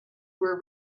were